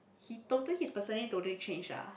he totally his personality totally change ah